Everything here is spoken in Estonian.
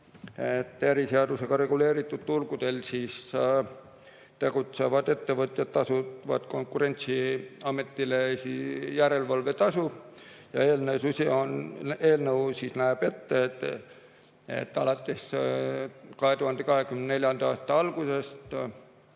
eriseadusega reguleeritud turgudel tegutsevad ettevõtjad tasuvad Konkurentsiametile järelevalvetasu ja eelnõu näeb ette, et alates 2024. aasta algusest